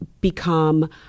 become